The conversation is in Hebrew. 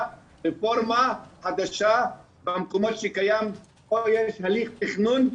רפורמה חדשה במקומות שקיים או יש הליך תכנון,